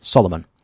Solomon